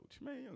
man